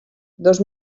dos